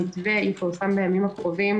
המתווה יפורסם בימים הקרובים,